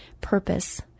purpose